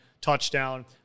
touchdown